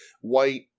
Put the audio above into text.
white